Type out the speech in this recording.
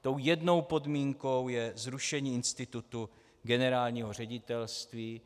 Tou jednou podmínkou je zrušení institutu generálního ředitelství.